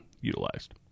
utilized